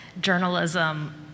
journalism